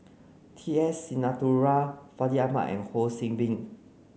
T S Sinnathuray Fandi Ahmad and Ho See Beng